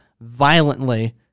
violently